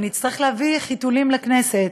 אני אצטרך להביא חיתולים לכנסת.